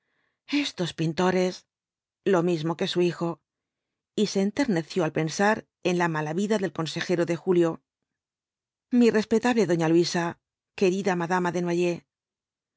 estos pintores lo mismo que su hijo y se enterneció al pensar en la mala vida del consejero de julio mi respetable doña luisa querida madama